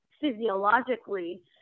physiologically